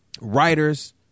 writers